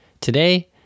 Today